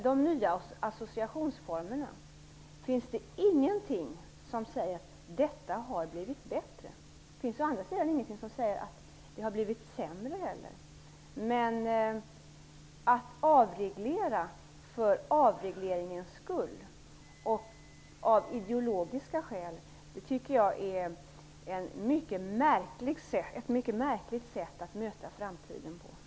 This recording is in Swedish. Det finns ingenting som säger att det har blivit bättre i dessa avseenden genom de nya associationsformerna. Det finns å andra sidan inte heller någonting som säger att det har blivit sämre, men att avreglera för avregleringens skull och av ideologiska skäl är enligt min mening ett mycket märkligt sätt att möta framtiden.